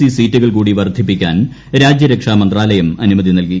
C സീറ്റുകൾ കൂടി വർദ്ധിപ്പിക്കാൻ രാജ്യരക്ഷാ മന്ത്രാലയം അനുമതി നൽകി